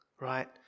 right